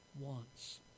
wants